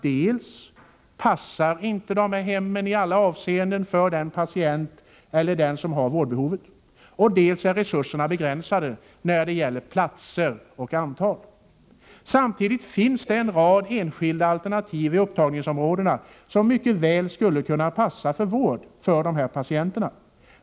Dels passar inte dessa hem i alla avseenden för den som har vårdbehovet, dels är antalet platser begränsat. Samtidigt finns det en rad enskilda alternativ i upptagningsområdena som mycket väl skulle kunna passa som vård för dessa patienter.